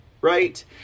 right